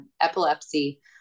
epilepsy